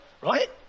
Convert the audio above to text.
right